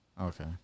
Okay